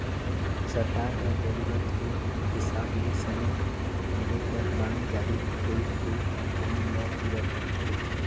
सरकार ह जरूरत के हिसाब ले समे परे में बांड जारी कइर के कमी ल पूरा करथे